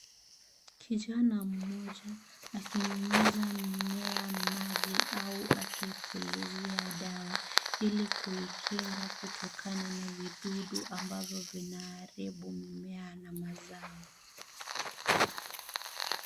Kijana mmoja akinyunyoza mimea maji au akipulizia dawa ili kuikinga kutokana na vidudu ambavyo vinaharibu mimea na mazao.